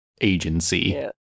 agency